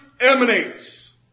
emanates